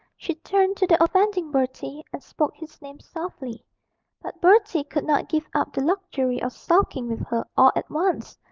she turned to the offending bertie, and spoke his name softly but bertie could not give up the luxury of sulking with her all at once,